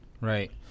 Right